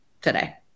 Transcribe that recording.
today